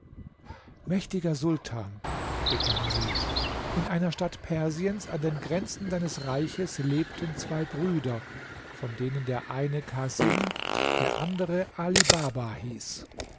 mächtiger sultan begann sie in einer stadt persiens an den grenzen deines reiches lebten zwei brüder von denen der eine casim der andere ali baba hieß